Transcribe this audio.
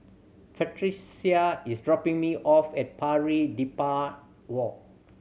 Frederica is dropping me off at Pari Dedap Walk